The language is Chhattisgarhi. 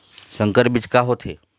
संकर बीज का होथे?